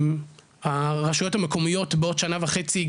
הרשויות המקומיות בעוד שנה וחצי,